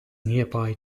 nearby